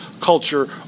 culture